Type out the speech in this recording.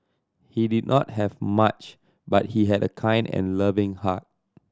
he did not have much but he had a kind and loving heart